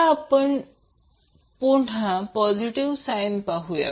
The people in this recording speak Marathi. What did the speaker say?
आता आपण पुन्हा पॉझिटिव साईंन वापरूया